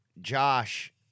Josh